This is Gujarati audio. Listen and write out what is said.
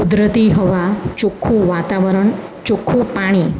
કુદરતી હવા ચોખ્ખું વાતાવરણ ચોખ્ખું પાણી